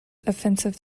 offensive